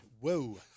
Whoa